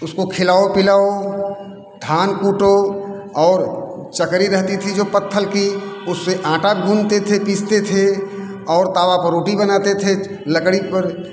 उसको खिलाओ पीलाओ धान कूटो और चकरी रहती थी जो पत्थर की उससे आँटा गुनते थे पीसते थे और तावा पर रोटी बनाते थे लकड़ी पर